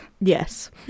yes